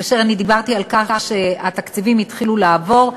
כאשר אני דיברתי על כך שהתקציבים התחילו לעבור,